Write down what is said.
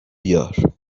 بیار